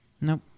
Nope